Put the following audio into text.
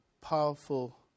powerful